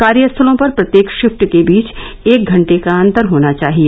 कार्यस्थलों पर प्रत्येक शिफ्ट के बीच एक घंटे का अंतर होना चाहिए